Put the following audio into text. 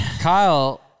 kyle